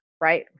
right